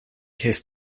his